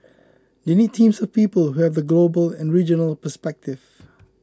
they need teams of people who have the global and regional perspective